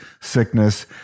sickness